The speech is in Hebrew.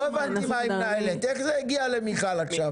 לא הבנתי מה היא מנהלת, איך זה הגיע למיכל עכשיו?